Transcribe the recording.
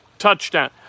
touchdown